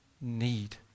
need